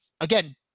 Again